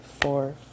four